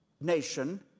nation